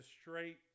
straight